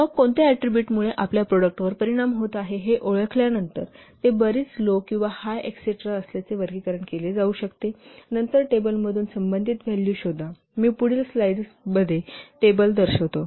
मग कोणत्या ऍट्रीबुट मुळे आपल्या प्रॉडक्टवर परिणाम होत आहे हे ओळखल्यानंतर ते बरीच लो किंवा हाय असल्याचे वर्गीकरण केले जाऊ शकते नंतर टेबलतून संबंधित व्हॅल्यू शोधा मी पुढील स्लाइडमध्ये टेबल दर्शवितो